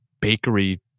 bakery